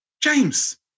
James